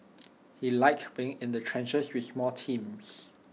he liked being in the trenches with small teams